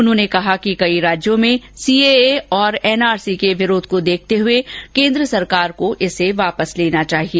उन्होंने कहा कि कई राज्यों में सीएए और एनआरसी के विरोध को देखते हुए केन्द्र सरकार को इसे वापस लेना चाहिए